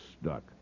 stuck